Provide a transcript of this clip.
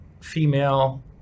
female